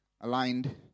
aligned